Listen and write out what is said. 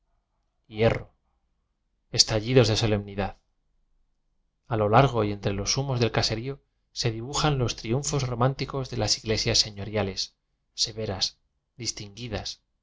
estallidos de solemnidad a lo largo y entre los humos del caserío se dibujan los triunfos románticos de las igle sias señoriales severas